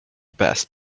best